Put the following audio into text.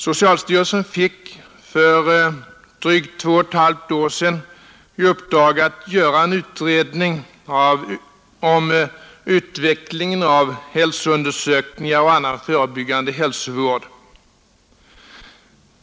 Socialstyrelsen fick för drygt två och ett halvt år sedan i uppdrag att göra en utredning om utvecklingen av hälsoundersökningar och annan förebyggande hälsovård.